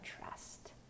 trust